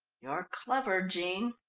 you're clever, jean!